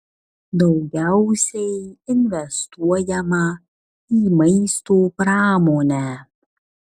daugiausiai investuojama į maisto pramonę